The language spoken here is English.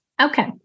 Okay